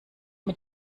mit